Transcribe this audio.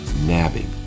nabbing